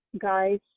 guys